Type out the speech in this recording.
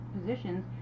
positions